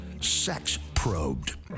Sex-probed